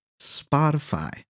Spotify